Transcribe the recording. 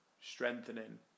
strengthening